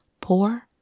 poor